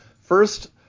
First